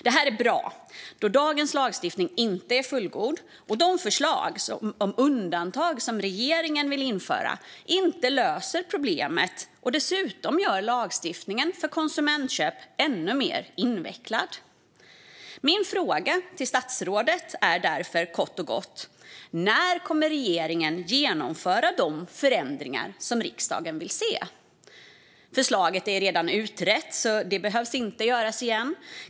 Det är bra, då dagens lagstiftning inte är fullgod och de förslag om undantag som regeringen vill införa inte löser problemet. Dessutom blir lagstiftningen om konsumentköp ännu mer invecklad. Min fråga till statsrådet är därför kort och gott: När kommer regeringen att genomföra de förändringar som riksdagen vill se? Förslaget är redan utrett, så det behöver inte göras igen.